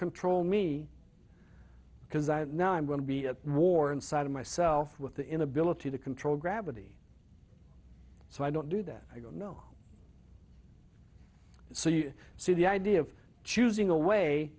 control me because i know i'm going to be at war inside of myself with the inability to control gravity so i don't do that i don't know so you see the idea of choosing away